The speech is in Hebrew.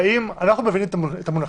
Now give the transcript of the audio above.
אני מבין את המונחים.